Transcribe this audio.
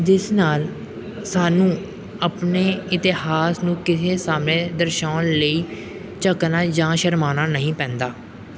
ਜਿਸ ਨਾਲ ਸਾਨੂੰ ਆਪਣੇ ਇਤਿਹਾਸ ਨੂੰ ਕਿਸੇ ਸਮੇਂ ਦਰਸਾਉਣ ਲਈ ਝੁਕਣਾ ਜਾਂ ਸ਼ਰਮਾਉਣਾ ਨਹੀਂ ਪੈਂਦਾ